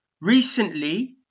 Recently